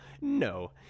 No